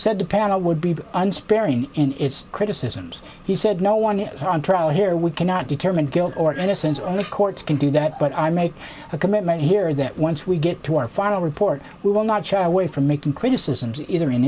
said the panel would be unsparing in its criticisms he said no one is on trial here we cannot determine guilt or innocence only courts can do that but i made a commitment here that once we get to our final report we will not shy away from making criticisms either in